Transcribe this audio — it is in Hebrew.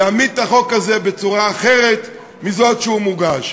יעמיד את החוק הזה בצורה אחרת מזאת שבה הוא מוגש.